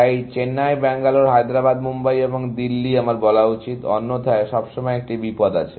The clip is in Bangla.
তাই চেন্নাই ব্যাঙ্গালোর হায়দ্রাবাদ মুম্বাই এবং দিল্লি আমার বলা উচিত অন্যথায় সবসময় একটি বিপদ আছে